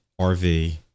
RV